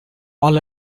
all